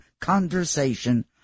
conversation